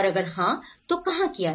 और अगर हां तो कहां किया जाए